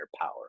power